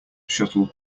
shuttle